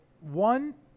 one